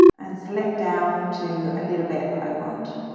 and select down to a little bit i want